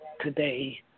today